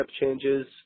changes